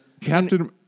Captain